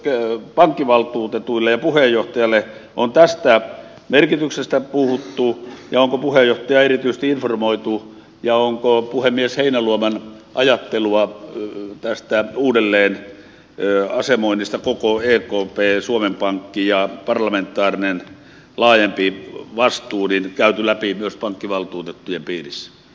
mitä pankkivaltuutetuille ja puheenjohtajalle on tästä merkityksestä puhuttu ja onko puheenjohtajaa erityisesti informoitu ja onko puhemies heinäluoman ajattelua tästä uudelleen asemoinnista koko ekp ja suomen pankki ja parlamentaarinen laajempi vastuu käyty läpi myös pankkivaltuutettujen piirissä